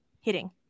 hitting